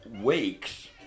weeks